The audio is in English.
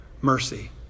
mercy